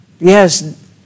Yes